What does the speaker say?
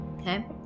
Okay